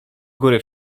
góry